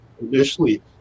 initially